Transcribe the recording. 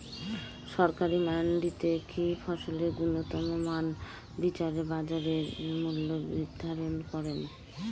সরকারি মান্ডিতে কি ফসলের গুনগতমান বিচারে বাজার মূল্য নির্ধারণ করেন?